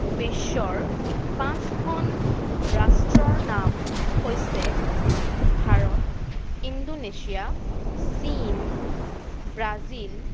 বিশ্বৰ পাঁচখন ৰাষ্ট্ৰৰ নাম হৈছে ভাৰত ইন্দোনেছিয়া চীন ব্ৰাজিল